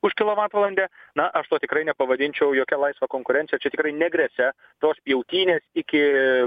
už kilovatvalandę na aš to tikrai nepavadinčiau jokia laisva konkurencija čia tikrai negresia tos pjautynės iki